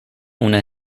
una